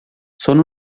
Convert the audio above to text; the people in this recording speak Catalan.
són